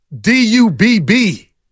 D-U-B-B